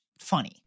funny